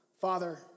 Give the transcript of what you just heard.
Father